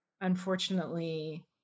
Unfortunately